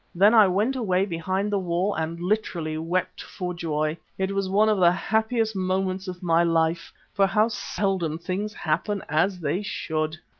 then i went away behind the wall and literally wept for joy. it was one of the happiest moments of my life, for how seldom things happen as they should!